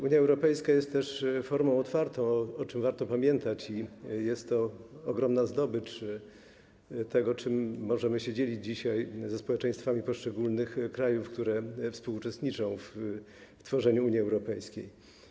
Unia Europejska jest też formą otwartą, o czym warto pamiętać, i jest to ogromna zdobycz: to, czym dzisiaj możemy się dzielić ze społeczeństwami poszczególnych krajów, które współuczestniczą w tworzeniu Unii Europejskiej.